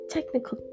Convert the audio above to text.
Technical